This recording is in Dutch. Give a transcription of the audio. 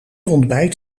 ontbijt